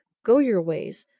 go your ways!